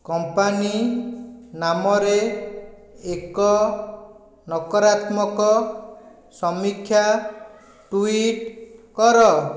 company ନାମରେ ଏକ ନକାରାତ୍ମକ ସମୀକ୍ଷା ଟୁଇଟ୍ କର